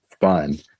fun